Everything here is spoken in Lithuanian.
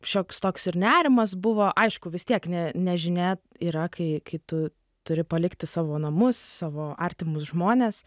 šioks toks ir nerimas buvo aišku vis tiek ne nežinia yra kai kai tu turi palikti savo namus savo artimus žmones